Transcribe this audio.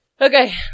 Okay